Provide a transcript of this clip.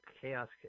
chaos